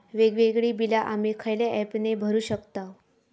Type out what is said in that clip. वेगवेगळी बिला आम्ही खयल्या ऍपने भरू शकताव?